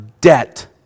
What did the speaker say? debt